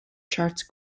charts